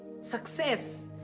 success